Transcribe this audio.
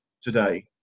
today